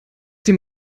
dem